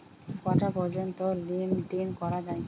কটা পর্যন্ত লেন দেন করা য়ায়?